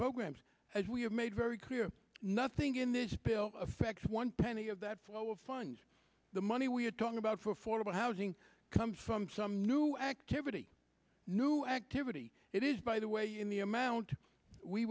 programs as we have made very clear nothing in this bill affects one penny of that flow of funds the money we're talking about for affordable housing comes from some new activity new activity it is by the way in the amount we